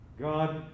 God